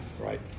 Right